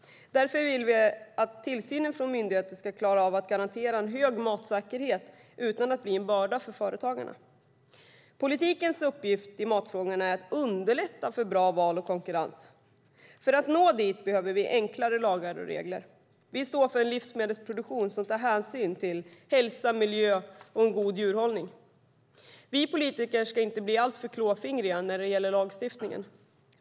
Därför vill vi att tillsynen från myndigheter ska klara av att garantera en hög matsäkerhet utan att detta blir en börda för företagarna. Politikens uppgift i matfrågorna är att underlätta bra val och konkurrens. För att nå dit behöver vi enklare lagar och regler. Vi står för en livsmedelsproduktion där hänsyn tas till hälsa, miljö och en god djurhållning. Vi politiker ska inte bli alltför klåfingriga när det gäller lagstiftning.